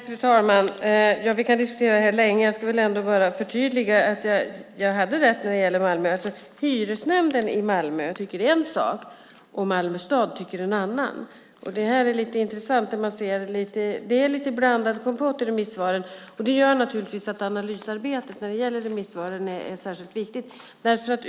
Fru talman! Vi kan diskutera det här länge. Jag skulle vilja förtydliga och säga att jag hade rätt när det gäller Malmö. Hyresnämnden i Malmö tycker en sak, och Malmö stad tycker en annan. Det är lite intressant. Det är en blandad kompott bland remissvaren. Därför är analysen av remissvaren särskilt viktig.